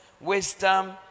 wisdom